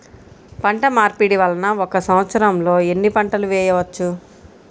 పంటమార్పిడి వలన ఒక్క సంవత్సరంలో ఎన్ని పంటలు వేయవచ్చు?